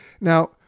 Now